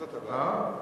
זאת הבעיה.